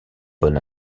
bon